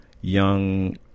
young